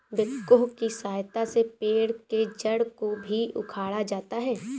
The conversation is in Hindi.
बेक्हो की सहायता से पेड़ के जड़ को भी उखाड़ा जाता है